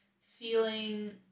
feeling